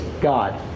God